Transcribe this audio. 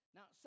Now